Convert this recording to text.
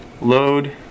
Load